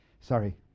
Sorry